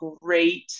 great